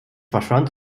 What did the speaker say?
verschwand